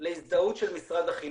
להזדהות של משרד החינוך.